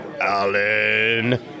Alan